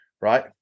right